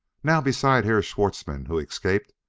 now, besides herr schwartzmann who escaped,